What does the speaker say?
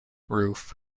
roof